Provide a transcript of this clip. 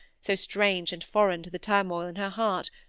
so strange and foreign to the turmoil in her heart,